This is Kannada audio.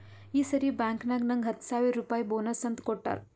ಈ ಸರಿ ಬ್ಯಾಂಕ್ನಾಗ್ ನಂಗ್ ಹತ್ತ ಸಾವಿರ್ ರುಪಾಯಿ ಬೋನಸ್ ಅಂತ್ ಕೊಟ್ಟಾರ್